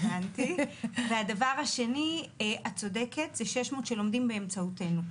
והדבר השני, את צודקת, אלו 600 שלומדים באמצעותנו.